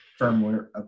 firmware